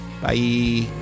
Bye